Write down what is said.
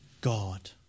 God